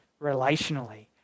relationally